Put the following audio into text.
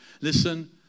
Listen